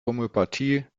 homöopathie